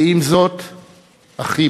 ועם זאת אחים.